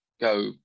go